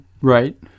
Right